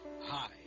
Hi